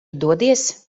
dodies